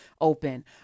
open